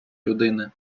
людини